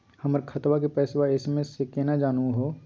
हमर खतवा के पैसवा एस.एम.एस स केना जानहु हो?